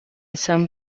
some